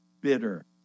bitter